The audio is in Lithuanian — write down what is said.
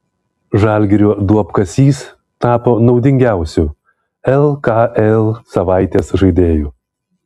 žalgirio duobkasys tapo naudingiausiu lkl savaitės žaidėju